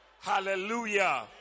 hallelujah